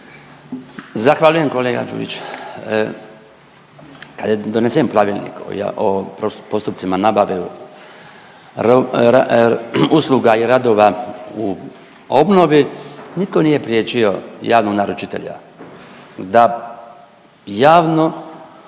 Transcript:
Zahvaljujem kolega Đujić. Kad je donesen Pravilnik o postupcima nabave usluga i radova u obnovi niko nije priječio javnog naručitelja da javno